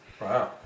Wow